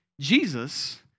Jesus